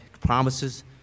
promises